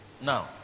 Now